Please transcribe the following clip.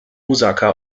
osaka